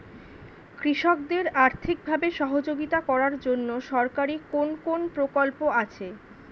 কৃষকদের আর্থিকভাবে সহযোগিতা করার জন্য সরকারি কোন কোন প্রকল্প আছে?